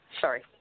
Sorry